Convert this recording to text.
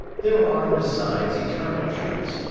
there are, besides, eternal truths,